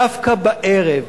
דווקא בערב,